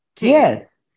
Yes